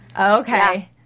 Okay